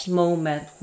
moment